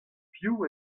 piv